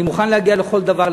אני מוכן להגיע לכל דבר,